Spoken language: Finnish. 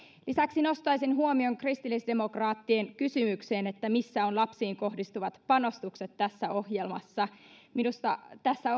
lisäksi nostaisin huomion kristillisdemokraattien kysymykseen missä ovat lapsiin kohdistuvat panostukset tässä ohjelmassa minusta tässä